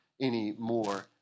anymore